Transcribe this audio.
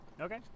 Okay